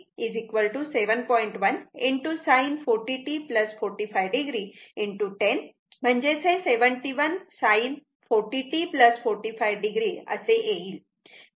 1 sin 40 t 45 o 10 71 sin 40 t 45 o असे येईल